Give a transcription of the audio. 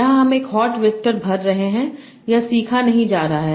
यहां हम एक हॉट वेक्टर भर रहे हैं यह सीखा नहीं जा रहा है